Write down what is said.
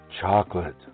Chocolate